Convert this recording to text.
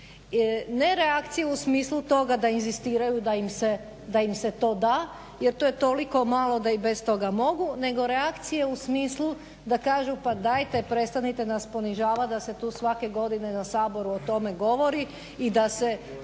ne reakcije u smislu toga da inzistiraju da im se to da jer to toliko malo da i bez toga mogu nego reakcije u smislu da kažu pa dajte prestanite nas ponižavat da se tu svake godine na Saboru o tome govori i da to